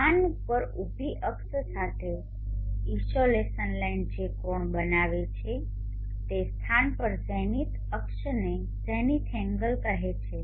સ્થાન પર ઉભી અક્ષ સાથે ઇસોલેશન લાઇન જે કોણ બનાવે છે તે સ્થાન પર ઝેનિથ અક્ષને ઝેનિથ એન્ગલ કહેવામાં આવે છે